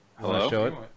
hello